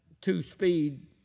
two-speed